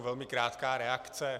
Velmi krátká reakce.